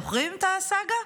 זוכרים את הסאגה?